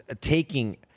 taking